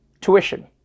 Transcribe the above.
tuition